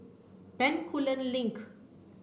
Bencoolen Link